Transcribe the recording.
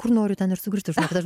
kur noriu ten ir sugrįžtu žinokit aš